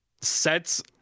sets